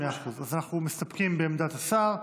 מאה אחוז, אז אנחנו מסתפקים בעמדת השר.